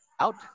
Out